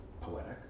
poetic